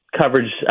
coverage